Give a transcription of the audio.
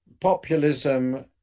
Populism